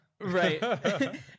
right